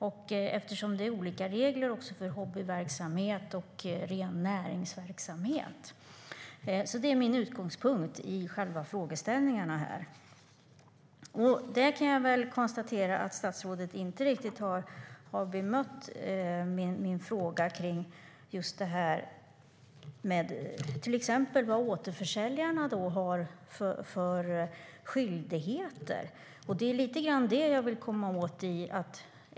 Det är dessutom olika regler för hobbyverksamhet och ren näringsverksamhet. Det är min utgångspunkt för mina frågor. Jag konstaterar att statsrådet inte riktigt har bemött min fråga om vad till exempel återförsäljarna har för skyldigheter. Det är lite grann vad jag vill komma åt.